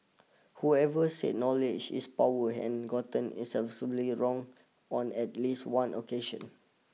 whoever said knowledge is power gotten it absolutely wrong on at least one occasion